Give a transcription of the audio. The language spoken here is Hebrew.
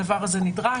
הדבר הזה נדרש.